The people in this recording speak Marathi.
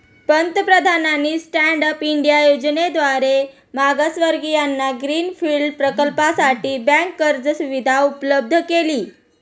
पंतप्रधानांनी स्टँड अप इंडिया योजनेद्वारे मागासवर्गीयांना ग्रीन फील्ड प्रकल्पासाठी बँक कर्ज सुविधा उपलब्ध केली